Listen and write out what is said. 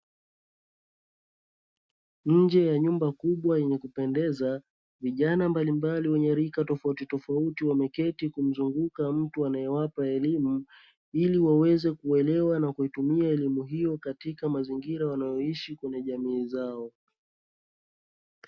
Nje ya nyumba kubwa yenye kupendeza, vijana mbalimbali wenye rika tofautitofauti wameketi wakimzunguka mtu anayewapa elimu ili waweze kuelewa na kuitumia elimu hiyo katika mazingira wanayoishi kwenye jamii zao.